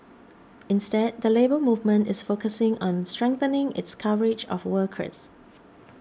instead the Labour Movement is focusing on strengthening its coverage of workers